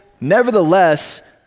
Nevertheless